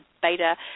beta